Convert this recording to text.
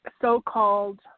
so-called